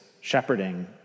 shepherding